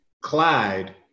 clyde